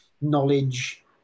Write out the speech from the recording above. knowledge